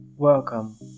Welcome